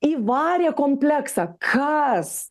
įvarė kompleksą kas